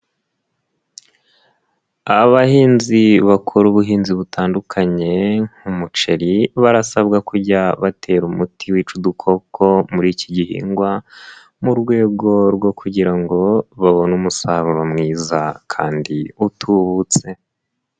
Abahinzi bakora ubuhinzi butandukanye nk'umuceri, barasabwa kujya batera umuti wica udukoko muri iki gihingwa, mu rwego rwo kugira ngo babone umusaruro mwiza kandi utubutse.